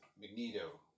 Magneto